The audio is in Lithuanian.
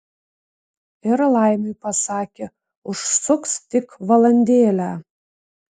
ir laimiui pasakė užsuks tik valandėlę